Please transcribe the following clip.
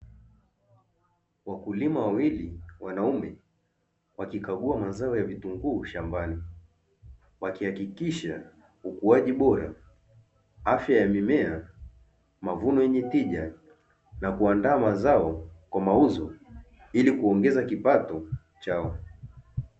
Wakulima wawili wanaume wakikagua mazao ya vitunguu shambani, wakihakikisha ukuaji bora, afya ya mimea, mavuno yenye tija na kuandaa mazao kwa mauzo ili kuongeza kipato chao.